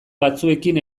batzuekin